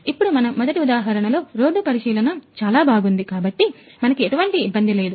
ఇప్పుడు మన మొదటి ఉదాహరణలో రోడ్డు పరిశీలన చాలా బాగుంది కాబట్టి మనకి ఎటువంటి ఇబ్బంది లేదు